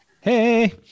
Hey